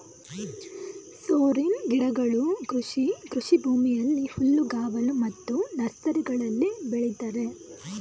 ಸೋರೆನ್ ಗಿಡಗಳು ಕೃಷಿ ಕೃಷಿಭೂಮಿಯಲ್ಲಿ, ಹುಲ್ಲುಗಾವಲು ಮತ್ತು ನರ್ಸರಿಗಳಲ್ಲಿ ಬೆಳಿತರೆ